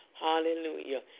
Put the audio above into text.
Hallelujah